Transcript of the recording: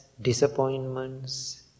disappointments